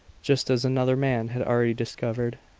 just as another man had already discovered,